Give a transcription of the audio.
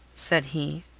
said he.